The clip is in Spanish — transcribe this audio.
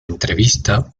entrevista